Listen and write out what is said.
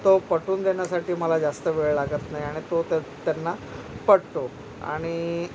तो पटून देण्यासाठी मला जास्त वेळ लागत नाही आणि तो त त्यांना पटतो आणि